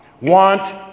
want